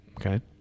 Okay